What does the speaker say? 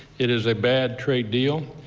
it is a bad trade deal,